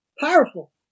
Powerful